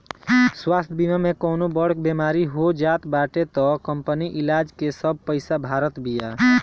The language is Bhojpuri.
स्वास्थ्य बीमा में कवनो बड़ बेमारी हो जात बाटे तअ कंपनी इलाज के सब पईसा भारत बिया